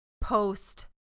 post